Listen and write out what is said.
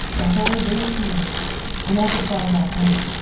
behold there tears and thats as far as ive lernt,